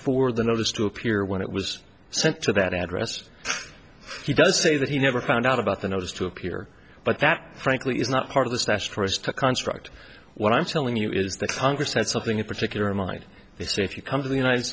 for the notice to appear when it was sent to that address he does say that he never found out about the notice to appear but that frankly is not part of the stash for us to construct what i'm telling you is that congress had something in particular mind they say if you come to the united